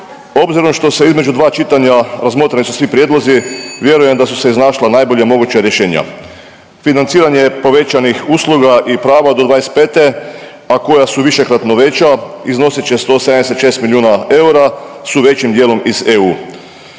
Obzirom što se između dva čitanja, razmotreni su svi prijedlozi, vjerujem da su se iznašla najbolja moguća rješenja. Financiranje povećanih usluga i prava do 25., a koja su višekratno veća iznosit će 176 milijuna eura, su većim dijelom iz EU,